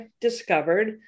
discovered